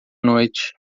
noite